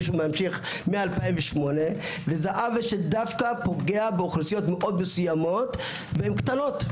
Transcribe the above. שהוא ממשיך מ-2008 והוא פוגע באוכלוסיות מאוד מסוימות והן קטנות.